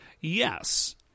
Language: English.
yes